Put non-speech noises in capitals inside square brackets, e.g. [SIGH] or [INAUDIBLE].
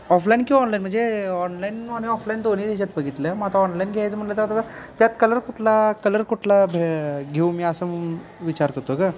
offline किंवा online म्हणजे online आणि ऑफलाईन दोन्हीत याच्यात बघितलं मग आता ऑनलाईन घ्यायचं म्हणलं [UNINTELLIGIBLE] त्यात कलर कुठला कलर कुठला भे घेऊ मी असं विचारत होतो गं